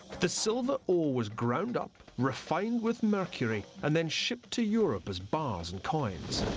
the silver ore was ground up, refined with mercury and then shipped to europe as bars and coins.